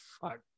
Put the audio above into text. fuck